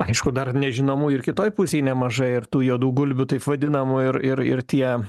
aišku dar nežinomųjų ir kitoje pusėje nemažai ir tų juodų gulbių taip vadinamų ir ir ir tie